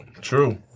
True